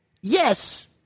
yes